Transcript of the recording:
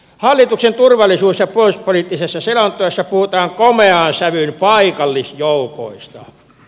hallituksen turvallisuus ja puolustuspoliittisessa selonteossa puhutaan komeaan sävyyn paikallisjoukoista